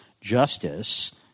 justice